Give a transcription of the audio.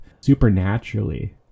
supernaturally